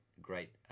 great